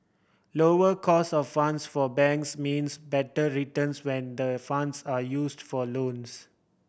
lower cost of funds for banks means better returns when the funds are used for loans